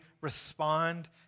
respond